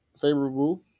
favorable